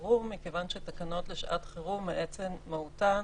חירום כי תקנות לשעת חירום מעצם מהותן